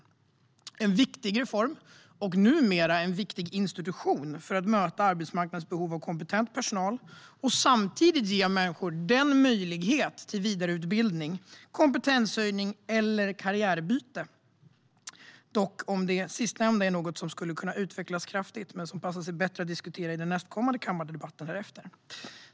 Det var en viktig reform, och det är numera en viktig institution för att möta arbetsmarknadens behov av kompetent personal och samtidigt ge människor möjlighet till vidareutbildning, kompetenshöjning eller karriärbyte. Det sistnämnda är dock någonting som skulle kunna utvecklas kraftigt, men som passar sig bättre att diskutera i nästkommande kammardebatt.